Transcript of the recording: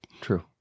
True